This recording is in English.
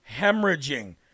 hemorrhaging